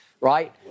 right